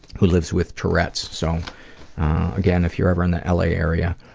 who lives with tourette's, so again, if you're ever in the l. a. area,